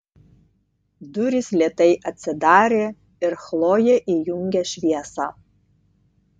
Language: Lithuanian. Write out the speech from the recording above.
durys lėtai atsidarė ir chlojė įjungė šviesą